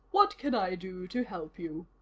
what can i do to help you?